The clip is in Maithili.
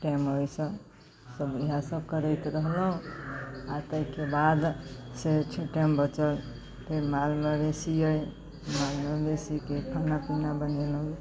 टाइम ओइसँ सभ बढ़िआँसँ करैत रहलहुँ आओर तैके बादसँ टाइम बचल फेर माल मवेशी अछि माल मवेशीके खाना पीना बनेलहुँ